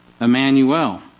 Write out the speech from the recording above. Emmanuel